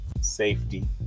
safety